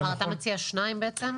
כלומר, אתה מציע שניים בעצם?